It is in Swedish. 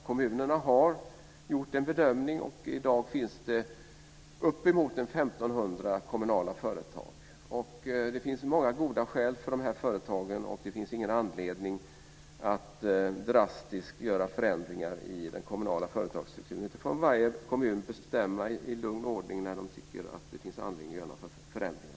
Kommunerna har gjort en bedömning, och i dag finns det uppemot 1 500 kommunala företag. Det finns många goda skäl för de här företagen, och det finns ingen anledning att drastiskt göra förändringar i den kommunala företagsstrukturen. Det får varje kommun bestämma i lugn ordning när de tycker att det finns anledning att göra förändringar.